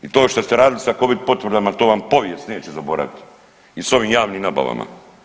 I to što ste radili s covid potvrdama to vam povijest neće zaboraviti i s ovim javnim nabavama.